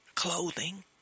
Clothing